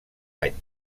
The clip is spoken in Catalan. any